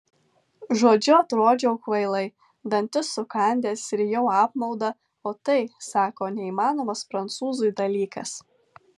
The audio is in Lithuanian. žodžiu atrodžiau kvailai dantis sukandęs rijau apmaudą o tai sako neįmanomas prancūzui dalykas